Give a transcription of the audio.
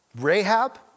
Rahab